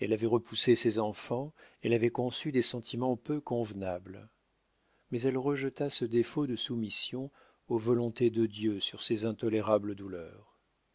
elle avait repoussé ses enfants elle avait conçu des sentiments peu convenables mais elle rejeta ce défaut de soumission aux volontés de dieu sur ses intolérables douleurs